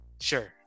Sure